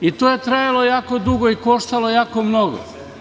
I to je trajalo jako dugo i koštalo jako mnogo.